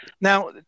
Now